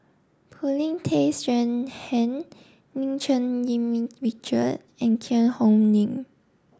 Paulin Tay Straughan Lim Cherng Yih Richard and Cheang Hong Lim